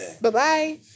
Bye-bye